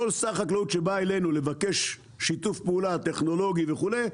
כל שר חקלאות שבא אלינו לבקש שיתוף פעולה טכנולוגי וכולי,